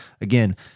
Again